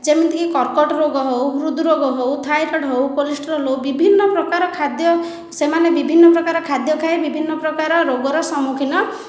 ଯେମିତି କି କର୍କଟ ରୋଗ ହେଉ ହୃଦରୋଗ ହେଉ ଥାଇରଏଡ଼୍ ହେଉ କୋଲେଷ୍ଟ୍ରୋଲ ହେଉ ବିଭିନ୍ନ ପ୍ରକାର ଖାଦ୍ୟ ସେମାନେ ବିଭିନ୍ନ ପ୍ରକାର ଖାଦ୍ୟ ଖାଇ ବିଭିନ୍ନ ପ୍ରକାର ରୋଗର ସମ୍ମୁଖୀନ